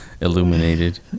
illuminated